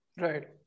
Right